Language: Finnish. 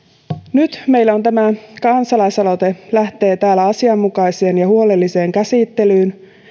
nyt tämä kansalaisaloite lähtee täällä meillä asianmukaiseen ja huolelliseen käsittelyyn